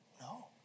No